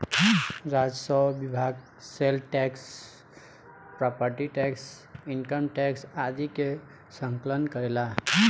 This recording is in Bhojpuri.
राजस्व विभाग sale tax property tax income tax आदि के संकलन करेला